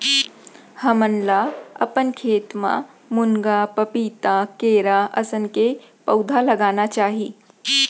हमन ल अपन खेत म मुनगा, पपीता, केरा असन के पउधा लगाना चाही